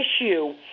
issue